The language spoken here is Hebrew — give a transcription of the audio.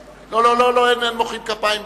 אין מוחאים כפיים בכנסת.